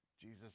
Jesus